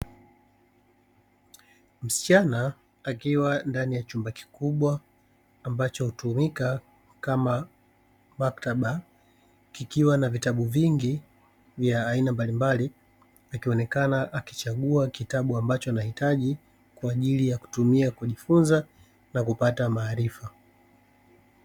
Msichana akiwa ndani ya chumba kikubwa ambacho hutumika kama maktaba kikiwa na vitabu vingi vya aina mbalimbali akionekana akichagua kitabu ambacho anahitaji kwa ajili ya kutumia kujifunza na kupata maarifa.